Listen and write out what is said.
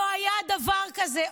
לא היה דבר כזה.